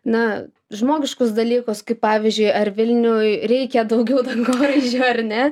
na žmogiškus dalykus kaip pavyzdžiui ar vilniui reikia daugiau dangoraižių ar ne